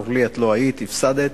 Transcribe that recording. אורלי, את לא היית, הפסדת.